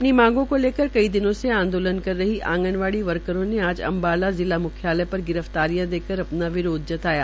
अपनी मांगों को लेकर कई दिनों से अम्बाला से आंदोलन कर रही आंगनवाड़ी वर्करों ने आज अम्बाला जिला मुख्यालय पर गिरफ्तारियां देकर कर अपना विरोध जताया